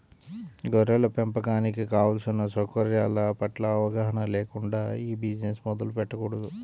గొర్రెల పెంపకానికి కావలసిన సౌకర్యాల పట్ల అవగాహన లేకుండా ఈ బిజినెస్ మొదలు పెట్టకూడదు